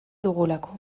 dugulako